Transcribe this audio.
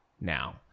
now